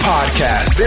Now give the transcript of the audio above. Podcast